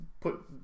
put